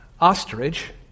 Ostrich